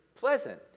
pleasant